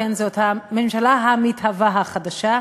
זאת הממשלה המתהווה החדשה,